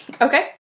Okay